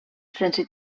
sense